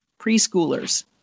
preschoolers